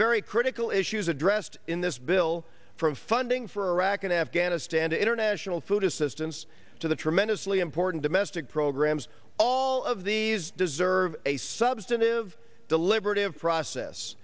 very critical issues addressed in this bill from funding for iraq and afghanistan to international food assistance to the tremendously important domestic programs all of these deserve a substantive deliberative process